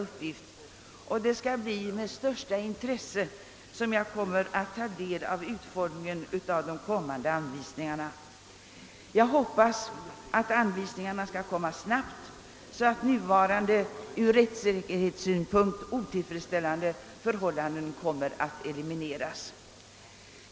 Det skall bli med det största intresse som jag tar del av utformningen av de kommande anvisningarna. Jag hoppas att dessa skall att utfärdas snabbt, så att nuvarande från rättssäkerhetssynpunkt otillfredsställande förhållanden elimineras.